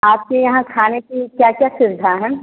आपके यहाँ खाने की क्या क्या सुविधा है